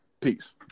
Peace